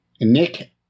Nick